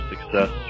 success